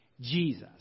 Jesus